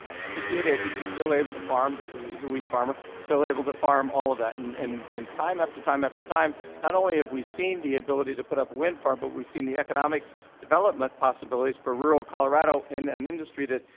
sixty eight acres, he's still able to farm, this is he's a wheat farmer, still so able to farm all of that. and and time, after time, after time not only have we seen the ability to put up a wind farm but we've seen the economic development possibilities for rural colorado in an industry that,